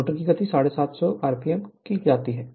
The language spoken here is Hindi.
मोटर की गति 750 आरपीएम तक ली जाती है